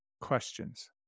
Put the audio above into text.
Questions